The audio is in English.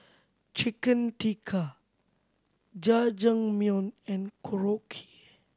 Chicken Tikka Jajangmyeon and Korokke